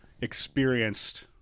experienced